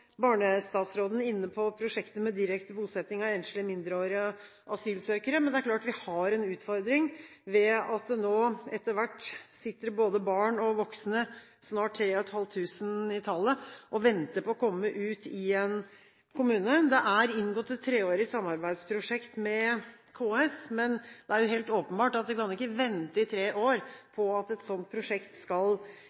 barnestatsråden inne på prosjektet med direkte bosetting av enslige mindreårige asylsøkere, men det er klart at vi har en utfordring ved at det nå etter hvert sitter både barn og voksne – snart 3 500 i tallet – og venter på å komme ut i en kommune. Det er inngått et treårig samarbeidsprosjekt med KS, men det er helt åpenbart at en kan ikke vente i tre år